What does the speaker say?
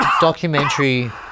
documentary